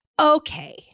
Okay